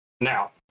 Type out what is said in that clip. Now